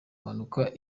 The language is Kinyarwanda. mpanuka